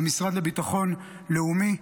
במשרד לביטחון לאומי.